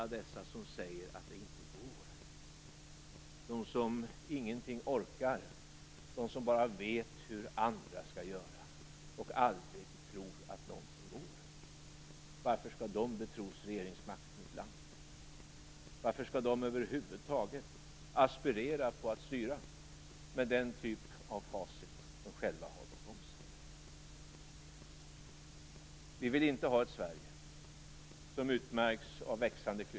Alla dessa som säger att det inte går, som ingenting orkar, som bara vet hur andra skall göra och aldrig tror att någonting går - varför skall de betros regeringsmakt i ett land? Varför skall de över huvud taget aspirera på att styra med den typ av facit som de själva har bakom sig?